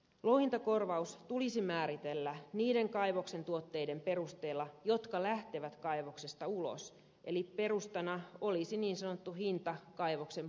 louhintakorvaus tulisi määritellä niiden kaivoksen tuotteiden perusteella jotka lähtevät kaivoksesta ulos eli perustana olisi niin sanottu hinta kaivoksen portilla